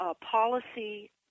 policy